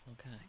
okay